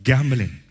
Gambling